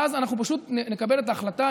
ואז אנחנו נקבל את ההחלטה,